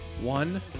One